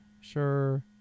Sure